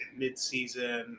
midseason